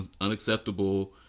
unacceptable